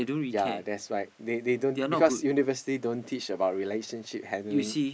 ya that's why they they don't because university don't teach about relationship handling